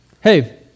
hey